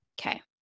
Okay